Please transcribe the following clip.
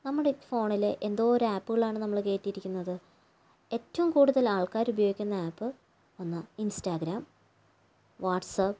നമ്മുടെ ഫോണിൽ എന്തോരം അപ്പുകളാണ് നമ്മൾ കയറ്റിയിരിക്കുന്നത് ഏറ്റവും കൂടുതൽ ആൾക്കാർ ഉപയോഗിക്കുന്ന ആപ്പ് ഒന്ന് ഇൻസ്റ്റാഗ്രാം വാട്സ്ആപ്പ്